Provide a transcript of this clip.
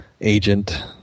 agent